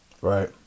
Right